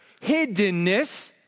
hiddenness